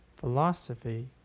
philosophy